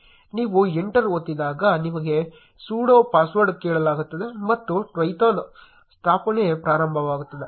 ನೀವು ಎಂಟರ್ ಒತ್ತಿದಾಗ ನಿಮಗೆ ಸುಡೋ ಪಾಸ್ವರ್ಡ್ ಕೇಳಲಾಗುತ್ತದೆ ಮತ್ತು Twython ಸ್ಥಾಪನೆ ಪ್ರಾರಂಭವಾಗುತ್ತದೆ